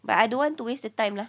but I don't want to waste the time lah